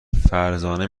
فرزانه